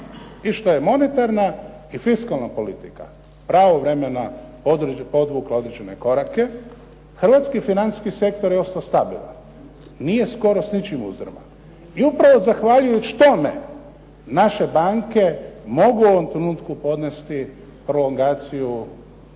i što je monetarna i fiskalna politika pravovremeno povukla određene korake, hrvatski financijski sektor je ostao stabilan, nije skoro s ničim uzdrman. I upravo zahvaljujući tome naše banke mogu u ovom trenutku podnijeti prolongaciju,